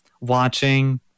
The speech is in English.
watching